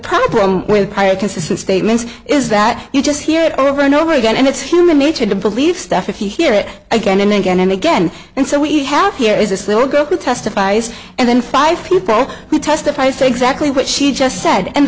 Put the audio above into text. consistent statements is that you just hear it over and over again and it's human nature to believe stuff if you hear it again and again and again and so we have here is this little girl who testifies and then five people who testify say exactly what she just